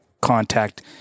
contact